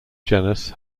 genus